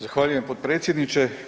Zahvaljujem potpredsjedniče.